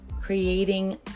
creating